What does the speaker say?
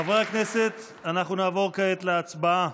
חברי הכנסת, אנחנו נעבור כעת להצבעה